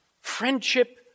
friendship